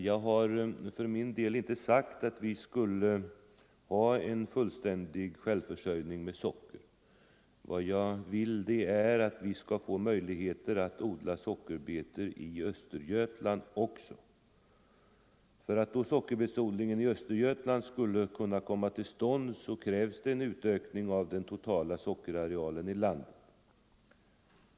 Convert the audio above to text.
Jag har inte för min del sagt att vi skulle ha en fullständig självförsörjning med socker. Vad jag vill är att vi skall få möjligheter att odla sockerbetor också i Östergötland. För att då sockerbetsodling i Östergötland skall kunna komma till stånd krävs en utökning av den totala sockerarealen i landet.